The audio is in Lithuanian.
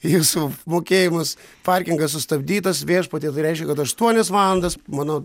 jūsų mokėjimas parkingas sustabdytas viešpatie tai reiškia kad aštuonias valandas mano